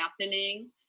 happening